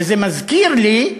וזה מזכיר לי,